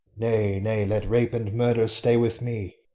nay, nay, let rape and murder stay with me,